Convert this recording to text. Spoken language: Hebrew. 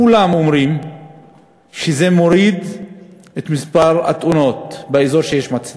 כולם אומרים שמספר התאונות יורד באזור שיש בו מצלמות.